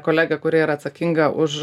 kolegę kuri yra atsakinga už